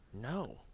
No